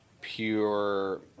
pure